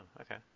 okay